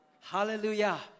Hallelujah